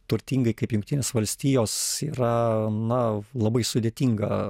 turtingai kaip jungtinės valstijos yra na labai sudėtinga